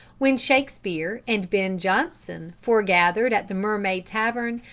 when shakespeare and ben jonson forgathered at the mermaid tavern,